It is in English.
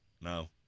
No